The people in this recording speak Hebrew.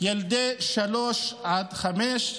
הילדים בגיל שלוש עד חמש,